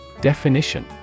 Definition